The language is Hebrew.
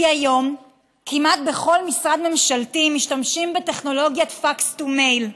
כי היום כמעט בכל משרד ממשלתי משתמשים בטכנולוגיית Fax to mail,